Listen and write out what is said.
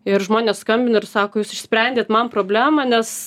ir žmonės skambina ir sako jūs išsprendėt man problemą nes